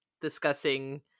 discussing